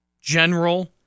General